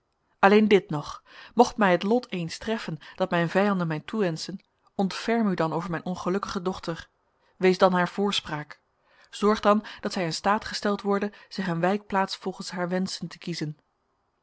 alleen dit nog mocht mij het lot eens treffen dat mijn vijanden mij toewenschen ontferm u dan over mijn ongelukkige dochter wees dan haar voorspraak zorg dan dat zij in staat gesteld worde zich een wijkplaats volgens haar wensen te kiezen